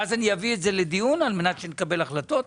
ואז אני אביא את זה לדיון על מנת שנקבל החלטות,